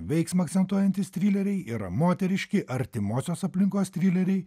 veiksmą akcentuojantys trileriai yra moteriški artimosios aplinkos trileriai